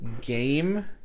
game